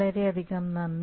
വളരെയധികം നന്ദി